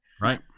right